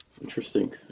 Interesting